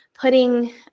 putting